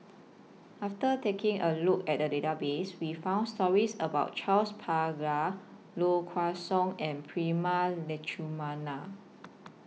after taking A Look At The Database We found stories about Charles Paglar Low Kway Song and Prema Letchumanan